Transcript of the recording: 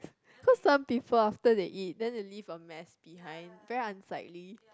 cause some people after they eat then they leave a mess behind very unsightly